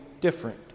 different